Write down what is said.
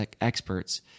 experts